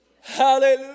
hallelujah